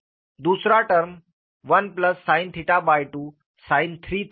दूसरा term 1sin2 sin32है